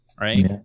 Right